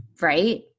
Right